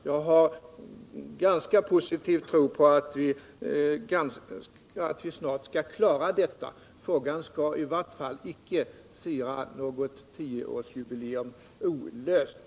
Jag har en ganska positiv tro på att vi snart skall klara detta. Frågan skall i varje fall inte fira något tioårsjubileum olöst.